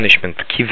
punishment